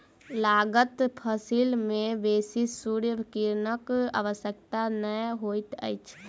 लागल फसिल में बेसी सूर्य किरणक आवश्यकता नै होइत अछि